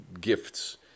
gifts